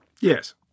Yes